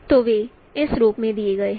तो वे इस रूप में दिए गए हैं